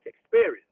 experience